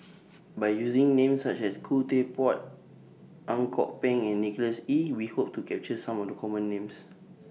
By using Names such as Khoo Teck Puat Ang Kok Peng and Nicholas Ee We Hope to capture Some of The Common Names